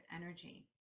energy